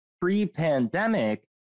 pre-pandemic